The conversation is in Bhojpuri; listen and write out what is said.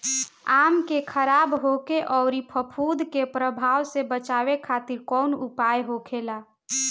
आम के खराब होखे अउर फफूद के प्रभाव से बचावे खातिर कउन उपाय होखेला?